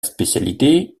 spécialité